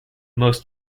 most